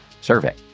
survey